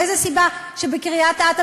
איזו סיבה יש שבקריית-אתא,